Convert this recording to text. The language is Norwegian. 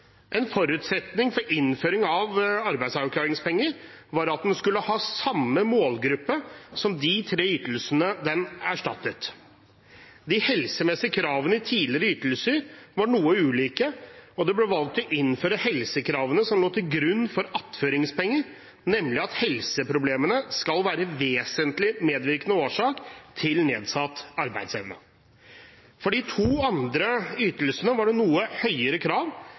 En forutsetning for innføring av arbeidsavklaringspenger var at ordningen skulle ha samme målgruppe som de tre ytelsene den erstattet. De helsemessige kravene i tidligere ytelser var noe ulike, og det ble valgt å innføre helsekravene som lå til grunn for attføringspenger, nemlig at helseproblemene skal være en vesentlig medvirkende årsak til nedsatt arbeidsevne. For de to andre ytelsene var det noe høyere krav,